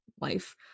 life